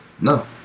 No